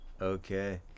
Okay